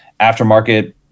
aftermarket